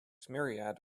myriad